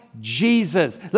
Jesus